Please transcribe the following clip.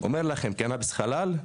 אומר לכם: קנביס ח'לאל,